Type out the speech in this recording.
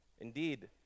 Indeed